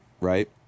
right